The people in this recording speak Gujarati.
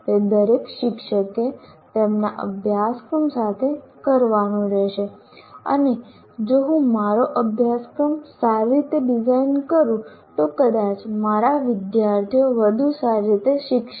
તે દરેક શિક્ષકે તેમના અભ્યાસક્રમ સાથે કરવાનું રહેશે અને જો હું મારો અભ્યાસક્રમ સારી રીતે ડિઝાઇન કરું તો કદાચ મારા વિદ્યાર્થીઓ વધુ સારી રીતે શીખશે